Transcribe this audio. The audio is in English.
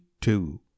two